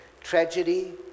tragedy